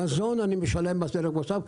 על מזון אני משלם מס ערך מוסף,